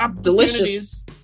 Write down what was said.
delicious